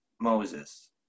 Moses